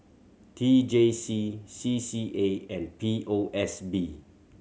T J C C C A and P O S B